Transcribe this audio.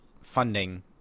funding